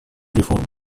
реформ